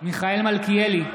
מיכאל מלכיאלי,